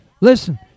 Listen